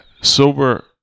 sober